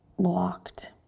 blocked.